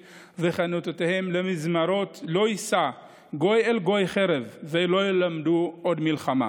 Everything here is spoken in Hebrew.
וחניתותיהם למזמרות לא יִשא גוי אל גוי חרב ולא ילמדו עוד מלחמה"